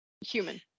human